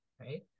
right